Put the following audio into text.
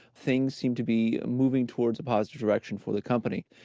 things seems to be moving towards a positive direction for the company.